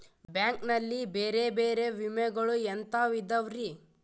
Bank ನಲ್ಲಿ ಬೇರೆ ಬೇರೆ ವಿಮೆಗಳು ಎಂತವ್ ಇದವ್ರಿ?